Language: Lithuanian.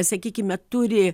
sakykime turi